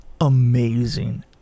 Amazing